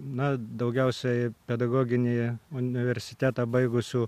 na daugiausiai pedagoginį universitetą baigusių